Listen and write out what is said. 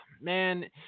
Man